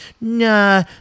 Nah